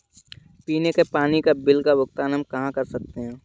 पीने के पानी का बिल का भुगतान हम कहाँ कर सकते हैं?